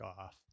off